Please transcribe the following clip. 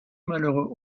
malheureux